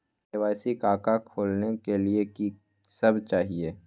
KYC का का खोलने के लिए कि सब चाहिए?